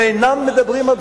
הם אינם מדברים על פשרות.